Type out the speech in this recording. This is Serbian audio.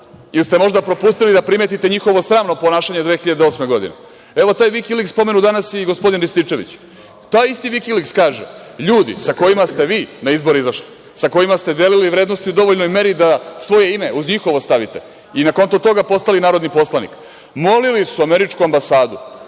Ili ste možda propustili da primetite njihovo sramno ponašanje 2008. godine? Evo, taj Vikiliks pomenu danas i gospodin Rističević. Taj isti Vikiliks kaže - ljudi, sa kojima ste vi na izbore izašli, sa kojima ste delili vrednosti u dovoljnoj meri da svoje ime uz njihovo stavite i na kontu toga postali narodni poslanik, molili su američku ambasadu